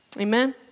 Amen